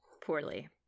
Poorly